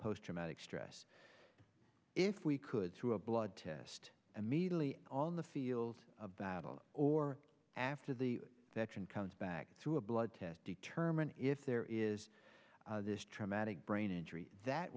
post traumatic stress if we could through a blood test immediately on the field of battle or after the fact and comes back through a blood test determine if there is this traumatic brain injury that